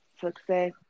success